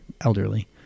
elderly